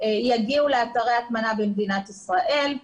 יגיעו לאתרי הטמנה במדינת ישראל,